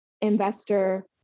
investor